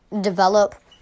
develop